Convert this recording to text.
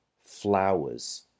flowers